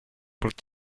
would